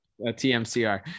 tmcr